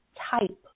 type